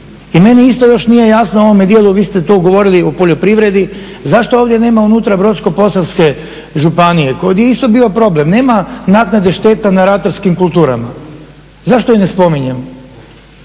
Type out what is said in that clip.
I meni isto još nije jasno u ovome dijelu vi ste to govorili o poljoprivredi zašto ovdje nema unutra Brodsko-posavske županije. Ovdje je isto bio problem. Nema naknade šteta na ratarskim kulturama. Zašto ih ne spominjemo?